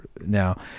now